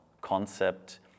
concept